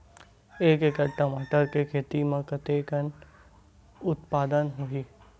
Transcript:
एक एकड़ टमाटर के खेती म कतेकन उत्पादन होही?